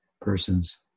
persons